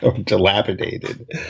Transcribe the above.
dilapidated